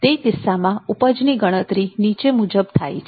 તે કિસ્સામાં ઉપજની ગણતરી નીચે મુજબ થાય છે